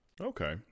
Okay